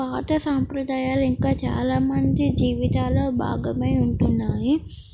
పాత సాంప్రదాయాలు ఇంకా చాలామంది జీవితాలలో భాగమై ఉంటున్నాయి